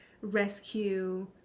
rescue